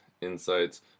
insights